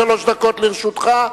שלוש דקות לרשותך,